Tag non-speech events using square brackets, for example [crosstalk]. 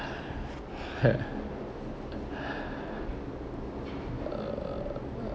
[laughs] uh